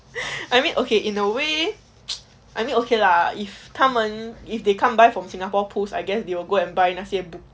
I mean okay in a way I mean okay lah if 他们 if they come by from singapore pools I guess they will go and buy 那些 bookie~